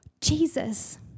Jesus